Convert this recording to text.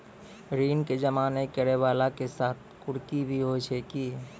ऋण के जमा नै करैय वाला के साथ कुर्की भी होय छै कि?